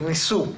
היא ניסתה.